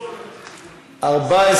לוועדת הכלכלה נתקבלה.